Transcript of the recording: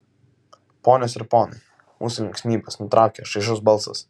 ponios ir ponai mūsų linksmybes nutraukia šaižus balsas